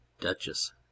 Duchess